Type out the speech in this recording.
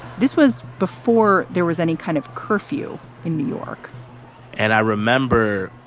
this was before there was any kind of curfew in new york and i remember